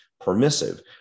permissive